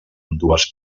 ambdues